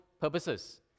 purposes